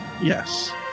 Yes